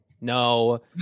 no